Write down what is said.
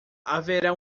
haverá